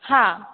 हां